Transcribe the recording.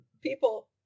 people